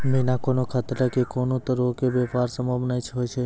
बिना कोनो खतरा के कोनो तरहो के व्यापार संभव नै होय छै